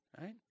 right